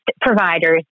providers